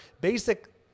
basic –